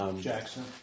Jackson